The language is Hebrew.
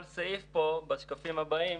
כל סעיף בשקפים הבאים